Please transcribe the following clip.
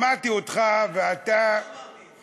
שמעתי אותך ואתה, לא אמרתי את זה.